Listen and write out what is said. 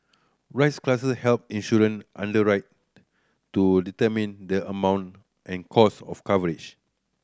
risk classes help insurance underwriter to determine the amount and cost of coverage